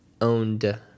owned